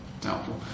doubtful